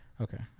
Okay